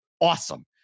awesome